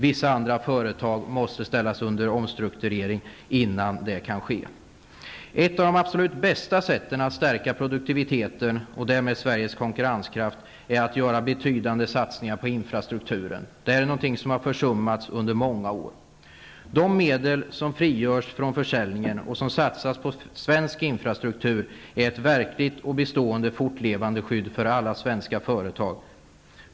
Vissa andra företag måste ställas under omstrukturering innan det kan ske. Ett av de absolut bästa sätten att stärka produktiviteten och därmed Sveriges konkurrenskraft är betydande satsningar på infrastrukturen. Det är något som har försummats under många år. De medel som frigörs från försäljningen och som satsas på svensk infrastruktur är ett verkligt och bestående fortlevandeskydd för alla svenska företag.